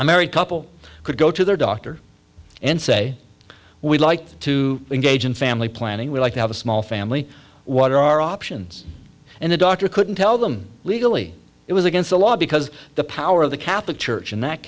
a married couple could go to their doctor and say we'd like to engage in family planning we'd like to have a small family what are our options and the doctor couldn't tell them legally it was against the law because the power of the catholic church in that